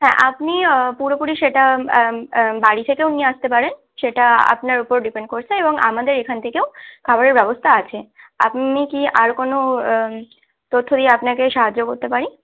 হ্যাঁ আপনি পুরোপুরি সেটা বাড়ি থেকেও নিয়ে আসতে পারেন সেটা আপনার ওপর ডিপেন্ড করছে এবং আমাদের এখান থেকেও খাবারের ব্যবস্থা আছে আপনি কি আর কোনো তথ্য দিয়ে আপনাকে সাহায্য করতে পারি